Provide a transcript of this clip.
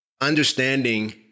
Understanding